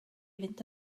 fynd